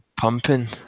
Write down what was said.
pumping